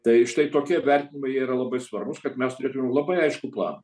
tai štai tokie vertinimai jie yra labai svarbūs kad mes turėtumėm labai aiškų planą